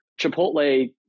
Chipotle